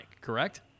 correct